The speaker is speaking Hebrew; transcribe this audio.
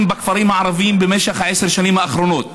בכפרים הערביים במשך עשר השנים האחרונות,